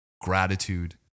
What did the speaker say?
gratitude